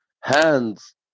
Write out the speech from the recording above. hands